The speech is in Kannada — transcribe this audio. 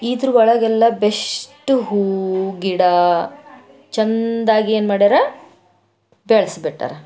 ಇದ್ರುವೊಳಗೆ ಎಲ್ಲ ಬೆಷ್ಟ್ ಹೂವು ಗಿಡ ಚೆಂದಾಗಿ ಏನು ಮಾಡ್ಯಾರ ಬೆಳೆಸ್ಬಿಟ್ಟಾರ